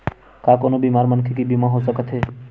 का कोनो बीमार मनखे के बीमा हो सकत हे?